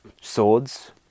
Swords